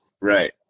Right